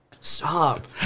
Stop